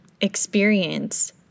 experience